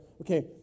okay